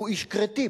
הוא איש כרתים.